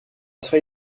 serait